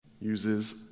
uses